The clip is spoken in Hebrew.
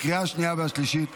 לקריאה השנייה והשלישית.